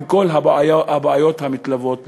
עם כל הבעיות המתלוות לכך.